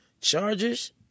Chargers